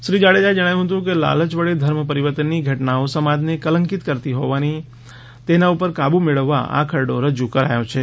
શ્રી જાડેજા એ જણાવ્યુ હતું કે લાલય વડે ધર્મ પરિવર્તનની ઘટનાઓ સમાજને કલંકિત કરતી હોવાથી તેના ઉપર કાબ્ મેળવવા આ ખરડો રજૂ કરાયો છે